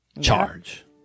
charge